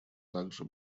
также